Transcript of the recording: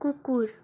কুকুর